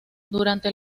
durante